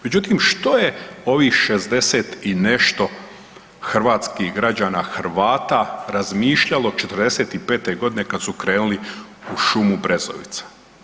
Međutim, što je ovih 60 i nešto hrvatskih građana Hrvata razmišljalo '45. godine kad su krenuli u šumu Brezovica.